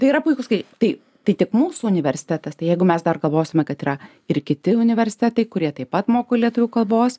tai yra puikūs skai tai tai tik mūsų universitetas tai jeigu mes dar galvosime kad yra ir kiti universitetai kurie taip pat moku lietuvių kalbos